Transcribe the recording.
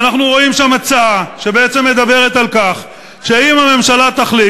אנחנו רואים שם הצעה שבעצם מדברת על כך שאם הממשלה תחליט,